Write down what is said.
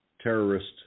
terrorist